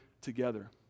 together